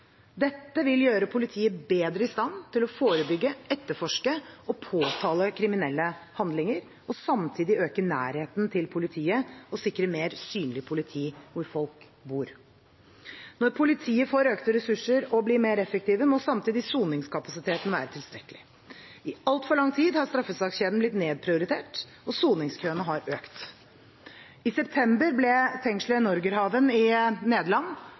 Dette vil gjøre politiet bedre i stand til å forebygge, etterforske og påtale kriminelle handlinger, og samtidig øke nærheten til politiet og sikre mer synlig politi hvor folk bor. Når politiet får økte ressurser og blir mer effektive, må samtidig soningskapasiteten være tilstrekkelig. I altfor lang tid har straffesakskjeden blitt nedprioritert, og soningskøene har økt. I september ble fengselet Norgerhaven i Nederland